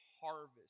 harvest